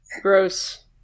gross